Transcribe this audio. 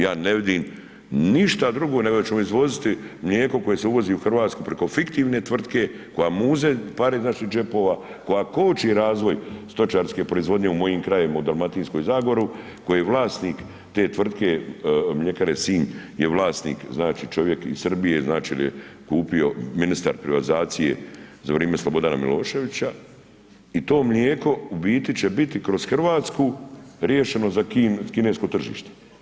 Ja ne vidim ništa drugo nego da ćemo izvoziti mlijeko koje se uvozi u Hrvatski preko fiktivne tvrtke koja muze pare iz naših džepova, koja koči razvoj stočarske proizvodnje u mojim krajevima, u Dalmatinskoj zagori, koji je vlasnik te tvrtke mljekare Sinj je vlasnik čovjek iz Srbije jer je kupio ministar privatizacije za vrijeme Slobodana Miloševića i to mlijeko u biti će biti kroz Hrvatsku riješeno za kinesko tržište.